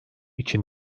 için